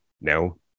No